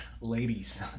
Ladies